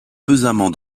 pesamment